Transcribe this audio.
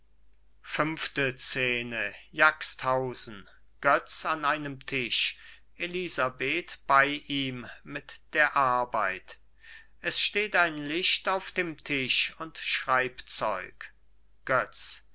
götz an einem tisch elisabeth bei ihm mit der arbeit es steht ein licht auf dem tisch und schreibzeug götz